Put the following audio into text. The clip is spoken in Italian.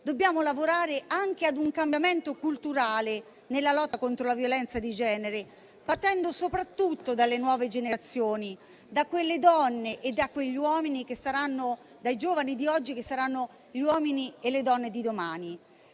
dobbiamo lavorare anche ad un cambiamento culturale nella lotta contro la violenza di genere, partendo soprattutto dalle nuove generazioni, dai giovani di oggi che saranno gli uomini e le donne di domani.